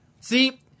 See